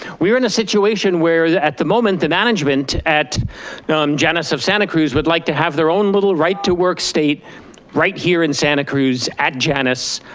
we are in a situation where at the moment, the management at janus of santa cruz would like to have their own little right to work state right here in santa cruz at janus,